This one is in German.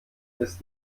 ist